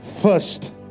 first